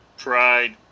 Pride